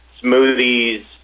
smoothies